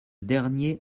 dernier